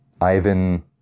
Ivan